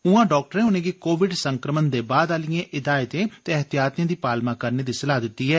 उआं डाक्टरें उनैंगी कोविड संक्रमण दे बाद आलिएं हिदायतें ते एहतियातें दी पालमा करने दी सलाह दिती ऐ